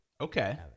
Okay